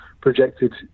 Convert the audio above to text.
projected